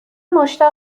مشتاق